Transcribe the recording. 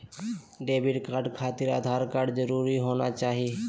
Debit card खातिर Aadhaar card जरूरी होना चाहिए?